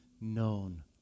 known